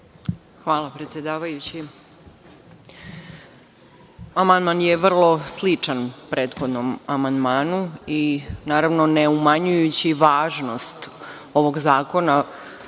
Hvala, predsedavajući. Amandman je vrlo sličan prethodnom amandmanu i naravno ne umanjujući važnost ovog zakona,